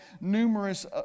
numerous